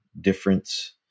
difference